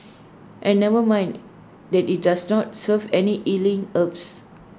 and never mind that IT does not serve any healing herbs